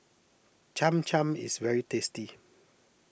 Cham Cham is very tasty